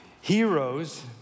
Heroes